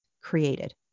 created